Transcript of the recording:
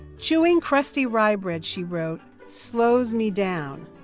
chewing crusty rye bread, she wrote slows me down,